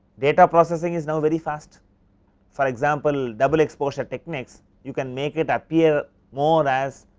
data processing is now very fast for example, double exposure techniques, you can make it appear more as